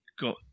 got